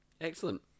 excellent